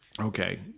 Okay